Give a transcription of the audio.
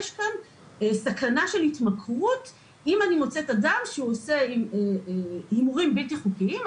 יש כאן סכנה של התמכרות אם אני מוצאת אדם שעושה הימורים בלתי חוקיים,